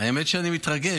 האמת היא שאני מתרגש.